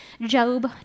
Job